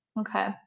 Okay